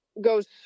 goes